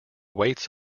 weights